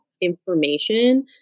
information